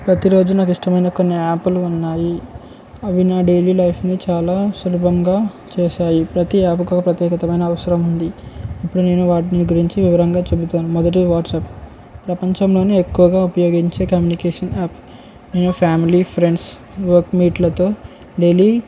ప్రతిరోజు నాకు ఇష్టమైన కొన్ని యాప్లు ఉన్నాయి అవి నా డైలీ లైఫ్ని చాలా సులభంగా చేసాయి ప్రతీ యాప్ ఒక ప్రత్యేకమైన అవసరం ఉంది ఇప్పుడు నేను వాటిని గురించి వివరంగా చెబుతాను మొదటి వాట్సాప్ ప్రపంచంలోనే ఎక్కువగా ఉపయోగించే కమ్యూనికేషన్ యాప్ నేను ఫ్యామిలీ ఫ్రెండ్స్ వర్క్ మీట్లతో డైలీ